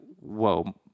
Whoa